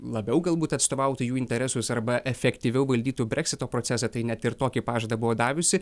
labiau galbūt atstovautų jų interesus arba efektyviau valdytų breksito procesą tai net ir tokį pažadą buvo daviusi